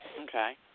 Okay